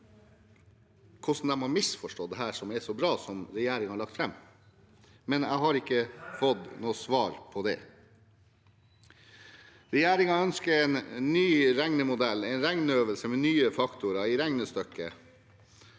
plass har misforstått dette som er så bra, som regjeringen har lagt fram, men jeg har ikke fått noe svar på det. Regjeringen ønsker en ny regnemodell – en regneøvelse med nye faktorer i regnestykket